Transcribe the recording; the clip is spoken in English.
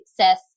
success